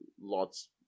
lots